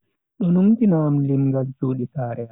Do numtina am limngaal chudi sare am.